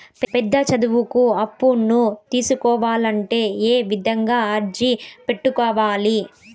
పెద్ద చదువులకు అప్పులను తీసుకోవాలంటే ఏ విధంగా అర్జీ పెట్టుకోవాలి?